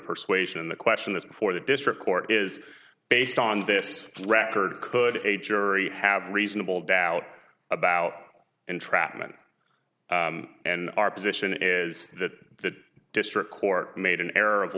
persuasion and the question is before the district court is based on this record could a jury have reasonable doubt about entrapment and our position is that the district court made an er